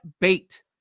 bait